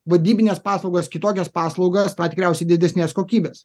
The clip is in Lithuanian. vadybines paslaugas kitokias paslaugas na tikriausiai didesnės kokybės